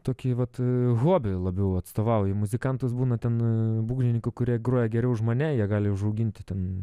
tokį vat hobį labiau atstovauju muzikantas būna ten būgnininkų kurie groja geriau už mane jie gali užauginti ten